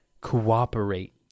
cooperate